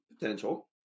potential